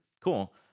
cool